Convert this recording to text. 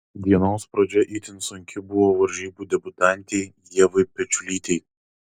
dienos pradžia itin sunki buvo varžybų debiutantei ievai pečiulytei